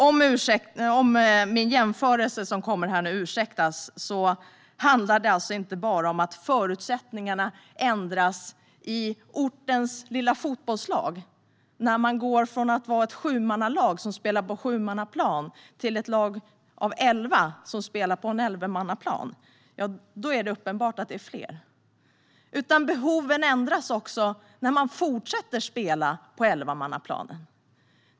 Om jämförelsen ursäktas handlar det alltså inte bara om att förutsättningarna ändras i ortens lilla fotbollslag när man går från att spela på sjumannaplan till elvamannaplan. Då är det uppenbart att de är fler. Behoven ändras när man fortsätter att spela på elvamannaplan.